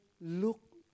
look